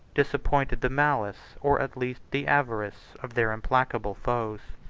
disappointed the malice, or at least the avarice, of their implacable foes.